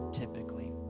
typically